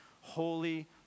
holy